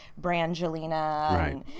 Brangelina